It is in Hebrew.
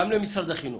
גם למשרד החינוך,